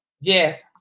Yes